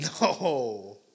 No